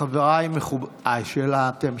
שאלת המשך, בבקשה.